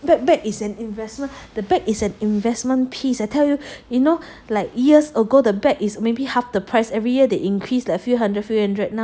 bag bag is an investment the bag is an investment piece I tell you you know like years ago the bag is maybe half the price every year they increase that few hundred few hundred now